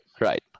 right